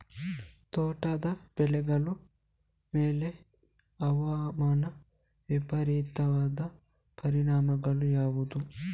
ತೋಟದ ಬೆಳೆಗಳ ಮೇಲೆ ಹವಾಮಾನ ವೈಪರೀತ್ಯದ ಪರಿಣಾಮಗಳು ಯಾವುವು?